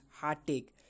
heartache